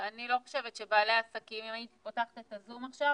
אם הייתי פותחת את הזום עכשיו,